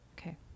Okay